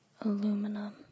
aluminum